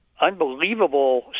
unbelievable